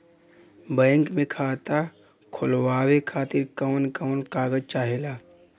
Bank मे खाता खोलवावे खातिर कवन कवन कागज चाहेला?